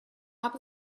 top